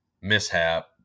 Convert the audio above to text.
mishap